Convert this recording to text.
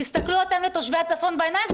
תסתכלו אתם לתושבי הצפון בעיניים,